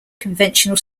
conventional